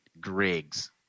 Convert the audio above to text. Griggs